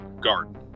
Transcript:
garden